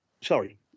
sorry